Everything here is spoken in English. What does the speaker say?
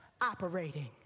operating